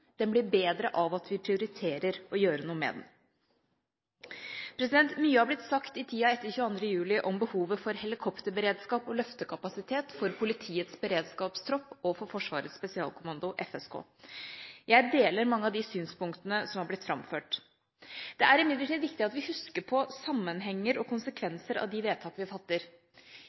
den blir bedre av at vi prioriterer å gjøre noe med den. Mye har blitt sagt i tida etter 22. juli om behovet for helikopterberedskap og løftekapasitet for politiets beredskapstropp og for Forsvarets spesialkommando, FSK. Jeg deler mange av de synspunktene som er blitt framført. Det er imidlertid viktig at vi husker på sammenhenger og konsekvenser av de vedtak vi fatter.